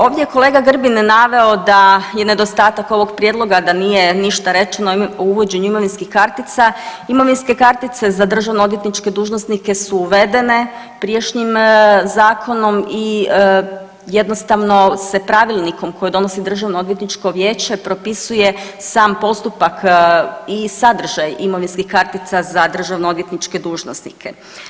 Ovdje je kolega Grbin naveo da je nedostatak ovog prijedloga da nije ništa rečeno o uvođenju imovinskih kartica, imovinske kartice za državno odvjetničke dužnosnike su uvedene prijašnjim zakonom i jednostavno se pravilnikom koje donosi državno odvjetničko vijeće propisuje sam postupak i sadržaj imovinskih kartica za državno odvjetničke dužnosnike.